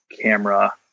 camera